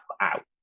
out